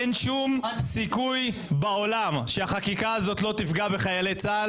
אין שום סיכוי בעולם שהחקיקה הזאת לא תפגע בחיילי צה"ל